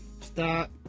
stop